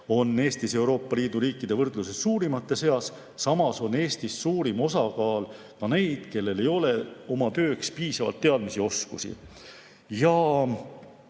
osa Eestis Euroopa Liidu riikide võrdluses suurimate seas. Samas on Eestis suurim osakaal ka neid, kellel ei ole oma tööks piisavalt teadmisi ja oskusi.